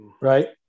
Right